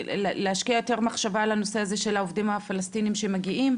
להשקיע יותר מחשבה על העניין הזה של העובדים הפלשתינאים שמגיעים.